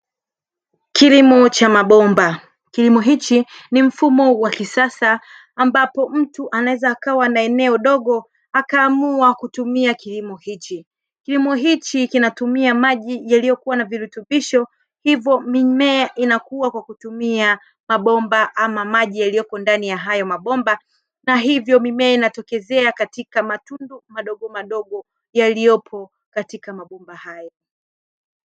Kilimo cha mabomba. Kilimo hichi ni mfumo wa kisasa ambapo mtu anaweza akawa na eneo dogo akaamua kutumia kilimo hichi. Kilimo hichi kinatumia maji yaliyokuwa na virutubisho, hivyo mimea inakua kwa kutumia mabomba ama maji yaliyoko ndani ya hayo mabomba, na hivyo mimea inatokezea katika matundu madogo madogo yaliyopo katika mabomba hayo."